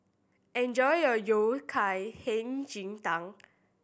enjoy your Yao Cai Hei Ji Tang